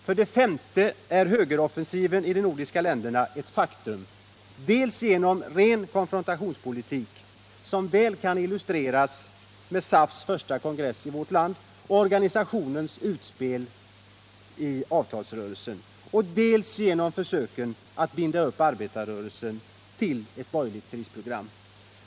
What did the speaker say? För det femte är högeroffensiven i de nordiska länderna ett faktum dels genom ren konfrontationspolitik, som väl kan illustreras med SAF:s första kongress och organisationens utspel i avtalsrörelsen, dels genom försöken att binda upp arbetarrörelsen till ett borgerligt krisprogram.